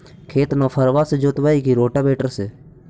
खेत नौफरबा से जोतइबै की रोटावेटर से?